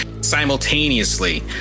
simultaneously